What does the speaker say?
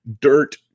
dirt